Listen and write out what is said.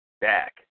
back